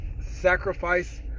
Sacrifice